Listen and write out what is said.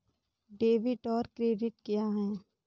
Debit और credit क्या है?